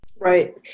Right